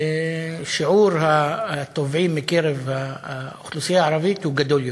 שיעור הטובעים מקרב האוכלוסייה הערבית הוא גדול יותר,